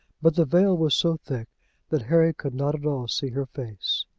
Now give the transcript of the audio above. but the veil was so thick that harry could not at all see her face.